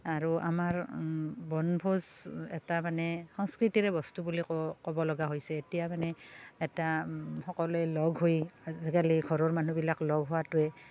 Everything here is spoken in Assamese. আৰু আমাৰ বনভোজ এটা মানে সংস্কৃতিৰে বস্তু বুলি ক ক'ব লগা হৈছে এতিয়া মানে এটা সকলোৱে লগ হৈ আজিকালি ঘৰৰ মানুহবিলাক লগ হোৱাটোৱে